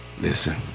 listen